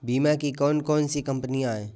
बीमा की कौन कौन सी कंपनियाँ हैं?